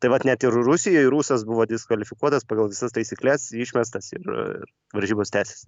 tai vat net ir rusijoj rusas buvo diskvalifikuotas pagal visas taisykles išmestas ir varžybos tęsės